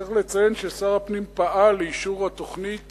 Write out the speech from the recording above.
צריך לציין ששר הפנים פעל לאישור התוכנית